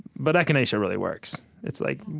but echinacea really works. it's like,